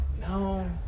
no